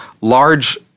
large